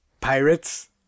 pirates